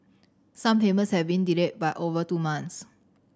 some payments have been delayed by over two months